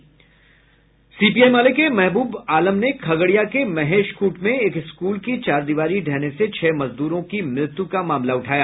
वहीं सीपीआई माले के महबूब आलम ने खगड़िया के महेशख्रंट में एक स्कूल की चहारदीवारी ढहने से छह मजदूरों की मृत्यू का मामला उठाया